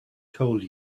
told